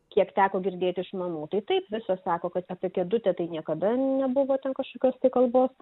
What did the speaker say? kiek teko girdėti iš mamų tai taip visos sako kad apie kėdutę tai niekada nebuvo ten kažkokios tai kalbos